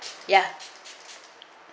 ya